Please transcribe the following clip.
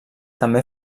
també